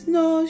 no